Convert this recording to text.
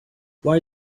why